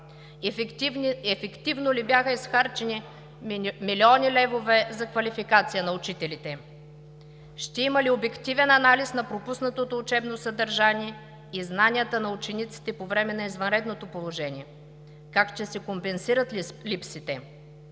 ефективно ли бяха изхарчени милиони левове за квалификацията на учителите; ще има ли обективен анализ на пропуснатото учебно съдържание и знанията на учениците по време на извънредното положение; как ще се компенсират липсите;